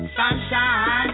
sunshine